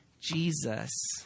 Jesus